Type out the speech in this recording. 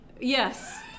yes